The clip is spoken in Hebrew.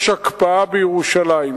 יש הקפאה בירושלים,